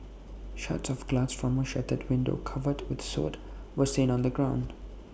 shards of glass from A shattered window covered with soot were seen on the ground